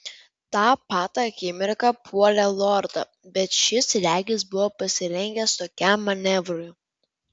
tą pat akimirką puolė lordą bet šis regis buvo pasirengęs tokiam manevrui